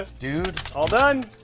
ah dude. all done.